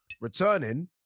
returning